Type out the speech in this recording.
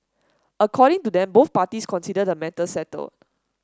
according to them both parties consider the matter settled